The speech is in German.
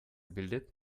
bildet